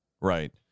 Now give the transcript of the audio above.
Right